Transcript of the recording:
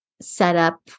setup